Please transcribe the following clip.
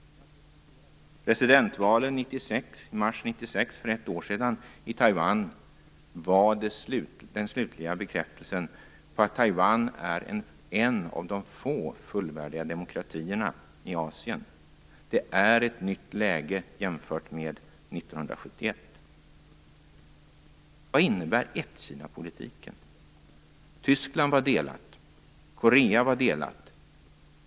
Presidentvalen i Taiwan i mars 1996, för ett år sedan, var den slutliga bekräftelsen på att Taiwan är en av de få fullvärdiga demokratierna i Asien. Det är ett nytt läge jämfört med 1971. Vad innebär ett-Kina-politiken? Tyskland var delat. Korea är delat.